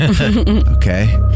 Okay